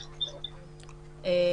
הלאה.